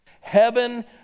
Heaven